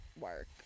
work